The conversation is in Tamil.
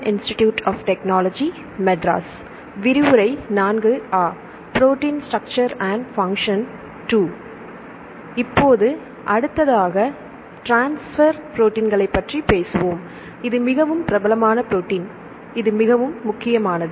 இப்போது அடுத்ததாக ட்ரான்ஸ்பெர் ப்ரோடீன்களைப் பற்றி பேசுவோம் இது மிகவும் பிரபலமான ப்ரோடீன் இது மிகவும் முக்கியமானது